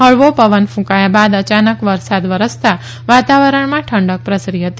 હળવો પવન કુંકાયા બાદ અચાનક વરસાદ વરસતા વાતાવરણમાં ઠંડક પ્રસરી હતી